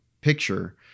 picture